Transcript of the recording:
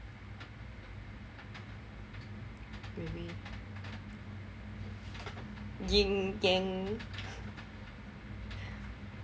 ying yang